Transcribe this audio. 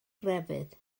grefydd